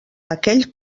aquell